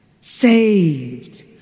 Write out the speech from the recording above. Saved